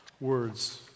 words